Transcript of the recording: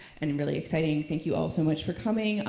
and and really exciting. thank you all so much for coming.